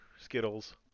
Skittles